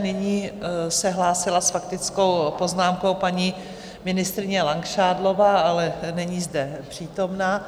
Nyní se hlásila s faktickou poznámkou paní ministryně Langšádlová, ale není zde přítomna.